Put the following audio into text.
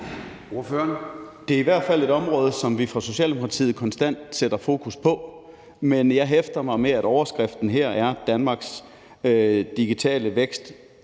Det er i hvert fald et område, som vi fra Socialdemokratiets side konstant sætter fokus på. Men jeg hæfter mig ved, at overskriften her er »Danmarks Digitale Vækst«